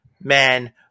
man